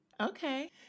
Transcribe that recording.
Okay